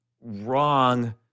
wrong